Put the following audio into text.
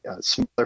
smaller